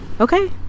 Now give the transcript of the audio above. Okay